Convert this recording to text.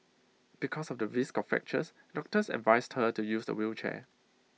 because of the risk of fractures doctors advised her to use A wheelchair